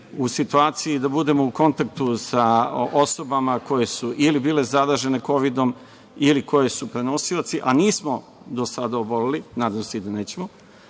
u situaciji da budemo u kontaktu sa osobama koje su ili bile zaražene kovidom ili koje su prenosioci, a koji nisu do sada oboleli, nadam se i da nećemo,